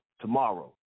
tomorrow